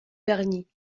vernis